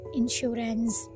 insurance